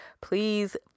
Please